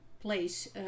place